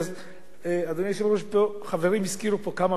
אדוני היושב-ראש, חברים הזכירו פה כמה וכמה סיבות,